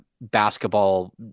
basketball